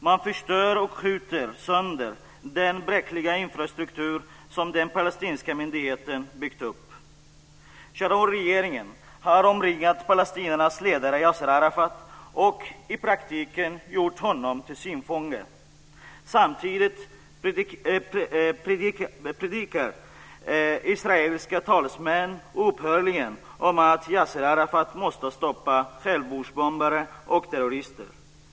Man förstör och skjuter sönder den bräckliga infrastruktur som den palestinska myndigheten byggt upp. Sharonregeringen har omringat palestiniernas ledare Yasir Arafat och i praktiken gjort honom till sin fånge. Samtidigt predikar israeliska talesmän oupphörligen om att Yasir Arafat måste stoppa självmordsbombare och terrorister.